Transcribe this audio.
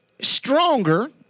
stronger